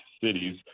cities